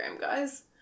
guys